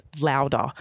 louder